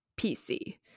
PC